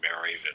married